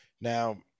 Now